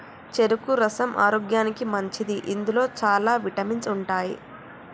చెరుకు రసం ఆరోగ్యానికి మంచిది ఇందులో చాల విటమిన్స్ ఉంటాయి